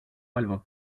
albo